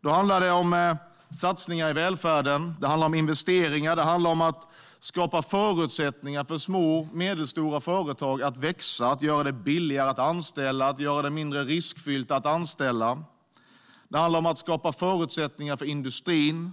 Då handlar det om satsningar i välfärden, om investeringar, om att skapa förutsättningar för små och medelstora företag att växa och om att göra det billigare och mindre riskfyllt att anställa. Det handlar om att skapa förutsättningar för industrin.